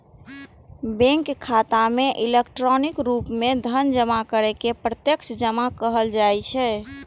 bank खाता मे electronic रूप मे धन जमा करै के प्रत्यक्ष जमा कहल जाइ छै